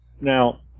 Now